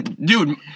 dude